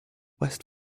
west